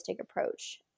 approach